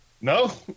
No